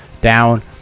down